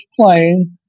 playing